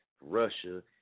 Russia